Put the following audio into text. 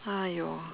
!aiyo!